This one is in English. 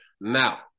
Now